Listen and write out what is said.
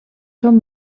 són